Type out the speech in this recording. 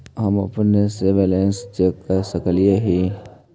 हम अपने से बैलेंस चेक कर सक हिए?